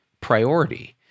priority